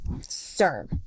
sir